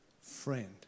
friend